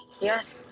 Yes